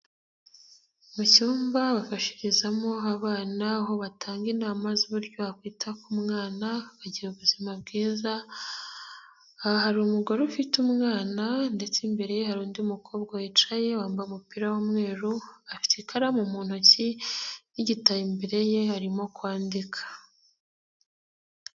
Mu icyumba bafashirizamo abana aho batanga inama z'uburyo bakwita ku mwana, bagira ubuzima bwiza, hari umugore ufite umwana ndetse imbere hari undi mukobwa wicaye wambaye umupira w'umweru, afite ikaramu mu ntoki n'igita imbere ye arimo kwandika.